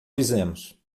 fizemos